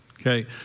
okay